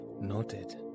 nodded